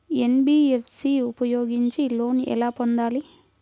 NBFC ఉపయోగించి loan ఎలా పొందాలి?